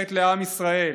שייכת לעם ישראל.